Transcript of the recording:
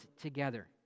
together